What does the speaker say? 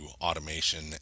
automation